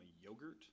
yogurt